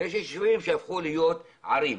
ויש יישובים שהפכו להיות ערים.